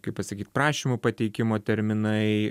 kaip pasakyt prašymo pateikimo terminai